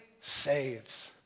saves